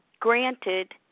Granted